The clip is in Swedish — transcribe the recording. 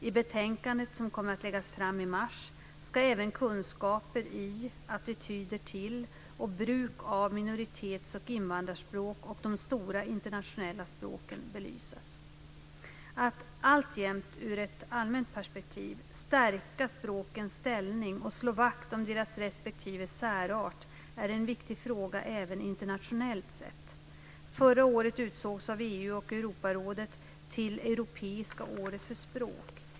I betänkandet, som kommer att läggas fram i mars, ska även kunskaper i, attityder till och bruk av minoritets och invandrarspråk och de stora internationella språken belysas. Att - alltjämt ur ett allmänt perspektiv - stärka språkens ställning och slå vakt om deras respektive särart är en viktig fråga även internationellt sett. Förra året utsågs av EU och Europarådet till Europeiska året för språk.